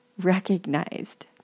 recognized